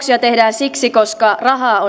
siksi koska rahaa on nyt vähemmän koska